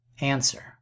Answer